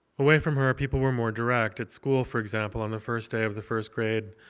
away from her, people were more direct. at school, for example, on the first day of the first grade,